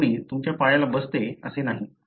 प्रत्येक जोडी तुमच्या पायाला बसते असे नाही